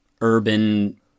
urban